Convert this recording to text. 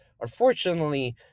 unfortunately